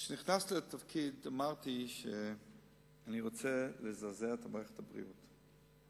כשנכנסתי לתפקיד אמרתי שאני רוצה לזעזע את מערכת הבריאות,